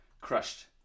crushed